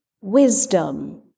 wisdom